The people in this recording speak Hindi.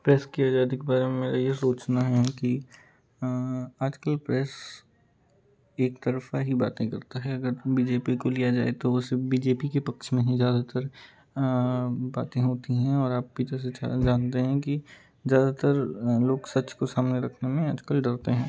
प्रेस की आजादी के बारे में यह सूचना है कि आजकल प्रेस एक तरफा ही बातें करता है अगर बी जे पी को लिया जाए तो वो सब बी जे पी के पक्ष में ही ज़्यादातर बातें होती हैं और आप पीछे से जानते हैं कि ज़्यादातर लोग सच को सामने रखने में आजकल डरते हैं